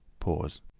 pause.